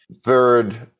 third